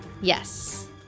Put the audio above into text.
Yes